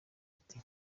ati